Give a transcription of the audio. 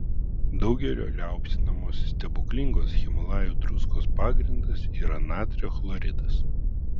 daugelio liaupsinamos stebuklingos himalajų druskos pagrindas yra natrio chloridas